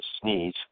sneeze